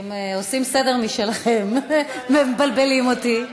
אתם עושים סדר משלכם, מבלבלים אותי.